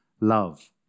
love